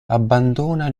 abbandona